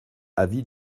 avis